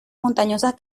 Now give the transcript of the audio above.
montañosas